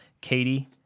katie